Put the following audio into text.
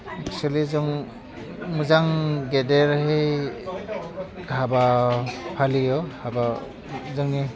एकसुलि जों मोजां गेदेरै हाबा फालियो हाबा जोंनि